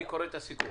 אני קורא את הסיכום: